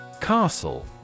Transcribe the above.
Castle